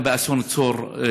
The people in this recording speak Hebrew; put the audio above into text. גם באסון צור הוא